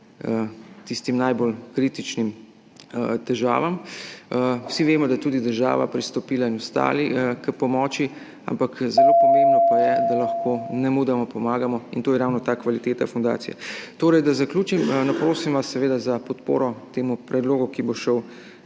tistim najbolj kritičnim v težavah. Vsi vemo, da je tudi država pristopila k pomoči, ampak zelo pomembno pa je, da lahko nemudoma pomagamo, in to je ravno ta kvaliteta fundacije. Torej, da zaključim. Prosim vas za podporo temu predlogu, ki bo še